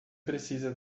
precisa